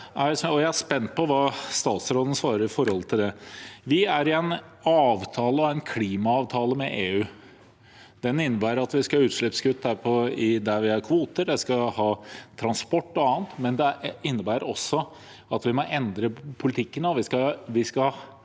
jeg er spent på hva statsråden svarer om det. Vi har en klimaavtale med EU. Den innebærer at vi skal ha utslippskutt og kvoter på transport og annet, men den innebærer også at vi må endre politikken.